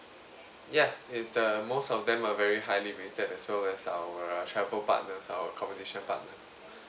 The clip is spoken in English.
ya it's a most of them are very highly rated as well as our uh travel partners our accommodation partners